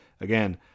again